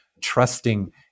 trusting